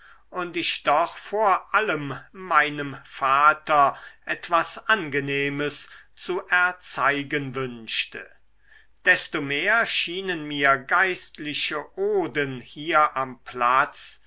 und ich doch vor allem meinem vater etwas angenehmes zu erzeigen wünschte desto mehr schienen mir geistliche oden hier am platz